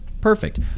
Perfect